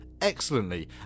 excellently